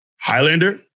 Highlander